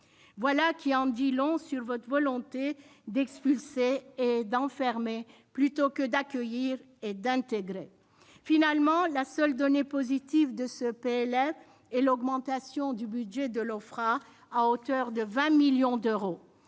Voilà qui en dit long sur votre volonté d'expulser et d'enfermer, plutôt que d'accueillir et d'intégrer. Finalement, la seule donnée positive de ce PLF est l'augmentation du budget de l'Ofpra, à hauteur de 20 millions d'euros.